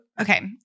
okay